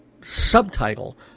subtitle